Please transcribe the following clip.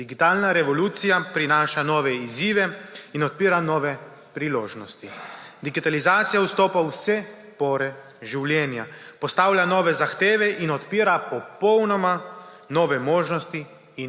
Digitalna revolucija prinaša nove izzive in odpira nove priložnosti. Digitalizacija vstopa v vse pore življenja, postavlja nove zahteve in odpira popolnoma nove možnosti in